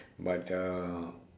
but uh